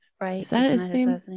Right